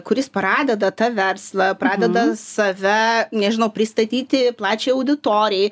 kuris pradeda tą verslą pradeda save nežinau pristatyti plačiai auditorijai